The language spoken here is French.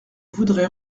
voudrais